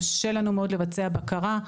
קשה לנו מאוד לבצע בקרה.